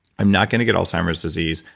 i'm not gonna get alzheimer's disease,